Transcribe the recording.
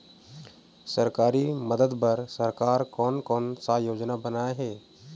सरकारी मदद बर सरकार कोन कौन सा योजना बनाए हे?